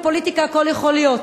בפוליטיקה הכול יכול להיות,